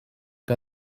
que